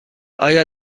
آیا